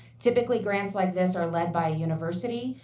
typically grants like this are led by university,